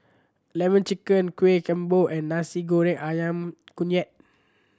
Lemon Chicken kueh kembo and Nasi Goreng Ayam Kunyit